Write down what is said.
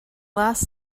last